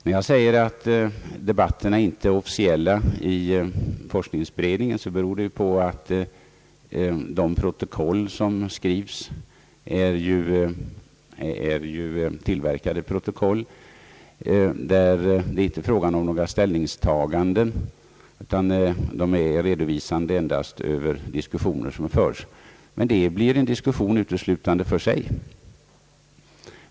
När jag säger att debatterna i forskningsberedningen inte är officiella, beror det på att de protokoll som skrivs är »tillverkade». Det är där inte fråga om några ställningstaganden, utan protokollen redovisar endast den diskussion som förts. Det blir en diskussion uteslutande för sig.